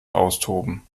austoben